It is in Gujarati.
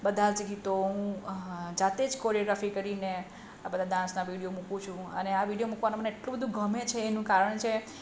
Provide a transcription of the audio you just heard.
બધા જ ગીતો હું જાતે જ કોરિયોગ્રાફી કરીને બધા ડાન્સના વીડિયો મૂકું છું અને આ વીડિયો મુકવાનું મને એટલું બધું ગમે છે એનું કારણ છે